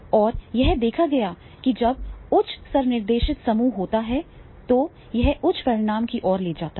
और यह देखा गया कि जब उच्च स्व निर्देशित समूह होता है तो यह उच्च परिणाम की ओर ले जाता है